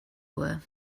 were